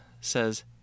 says